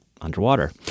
underwater